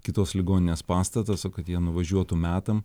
kitos ligoninės pastatas o kad jie nuvažiuotų metam